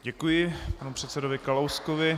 Děkuji panu předsedovi Kalouskovi.